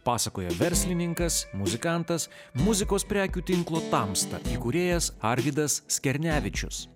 pasakojo verslininkas muzikantas muzikos prekių tinklo tamsta įkūrėjas arvydas skernevičius